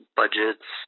budgets